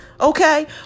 Okay